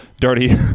dirty